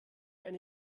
eine